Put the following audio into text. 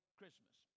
Christmas